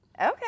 Okay